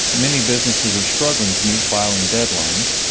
many businesses are struggling to meet filing deadlines.